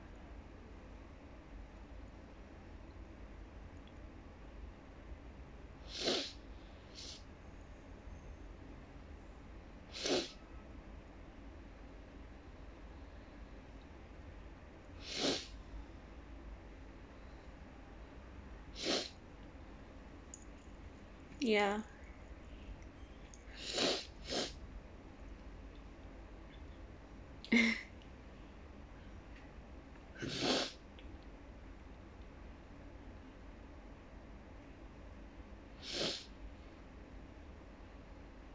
ya